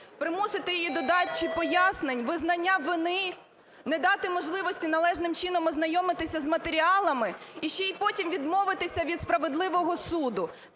примусити її до дачі пояснень, визнання вини. Не дати можливості належним чином ознайомитися з матеріалами і ще й потім відмовитися від справедливого суду.